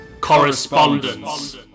correspondence